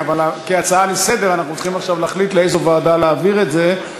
כהצעה לסדר-היום אנחנו צריכים עכשיו להחליט לאיזו ועדה להעביר את זה.